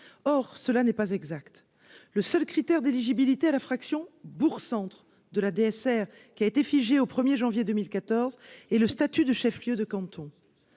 or cela n'est pas exact, le seul critère d'éligibilité à la fraction bourg, centre de la DSR qui a été figée au 1er janvier 2014 et le statut de chef lieu de canton